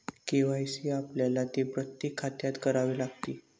KYC आपल्याला ते प्रत्येक खात्यात करावे लागते